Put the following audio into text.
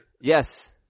Yes